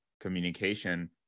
communication